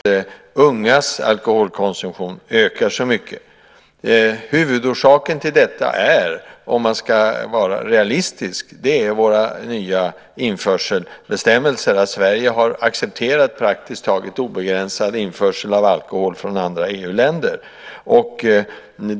Herr talman! Vi dricker mer, och skadorna ökar. Särskilt oroande är naturligtvis att ungas alkoholkonsumtion ökar så mycket. Huvudorsaken till detta är, om man ska vara realistisk, våra nya införselbestämmelser. Sverige har accepterat praktiskt taget obegränsad införsel av alkohol från andra EU-länder.